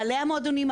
בעלי המועדונים,